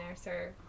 sir